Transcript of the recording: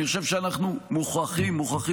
זה לא מכובד.